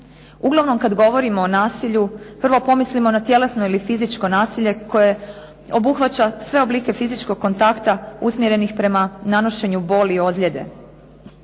Uglavnom kad govorimo o nasilju prvo pomislimo na tjelesno ili fizičko nasilje koje obuhvaća sve oblike fizičkog kontakta usmjerenih prema nanošenju boli i ozljede.